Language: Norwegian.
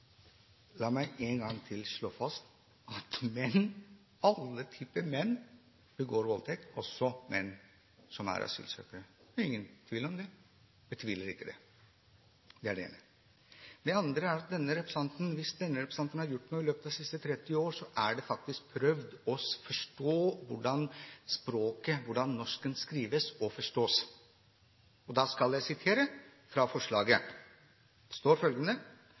La meg en gang til slå fast at menn – alle typer menn – begår voldtekt, også menn som er asylsøkere. Det er det ingen tvil om. Jeg betviler ikke det. Det er det ene. Det andre er at hvis denne representanten har gjort noe i løpet av de siste 30 år, så er det faktisk å prøve å forstå hvordan språket – det norske språket – skrives og forstås. Da skal jeg sitere fra forslaget. Det står følgende